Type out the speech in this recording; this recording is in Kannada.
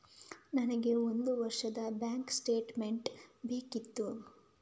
ನನಗೆ ಒಂದು ವರ್ಷದ ಬ್ಯಾಂಕ್ ಸ್ಟೇಟ್ಮೆಂಟ್ ಬೇಕಿತ್ತು